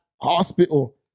hospital